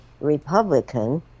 Republican